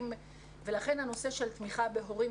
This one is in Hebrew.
לכן הנושא של תמיכה בהורים,